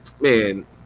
man